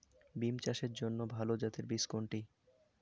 বিম চাষের জন্য ভালো জাতের বীজ কোনটি?